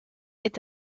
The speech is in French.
est